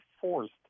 forced